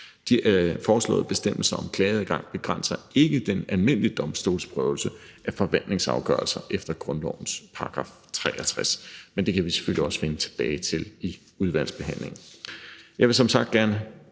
De foreslåede bestemmelser om klageadgang begrænser ikke den almindelige domstolsprøvelse af forvaltningsafgørelser efter grundlovens § 63, men det kan vi selvfølgelig også vende tilbage til i udvalgsbehandlingen. Jeg vil gerne